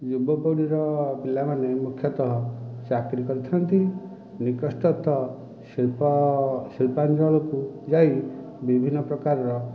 ଯୁବପିଢ଼ିର ପିଲାମାନେ ମୁଖ୍ୟତଃ ଚାକିରୀ କରିଥାଆନ୍ତି ନିକଟସ୍ତ ଶିଳ୍ପ ଶିଳ୍ପାଞ୍ଚଳକୁ ଯାଇ ବିଭିନ୍ନ ପ୍ରକାରର